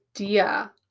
idea